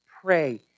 pray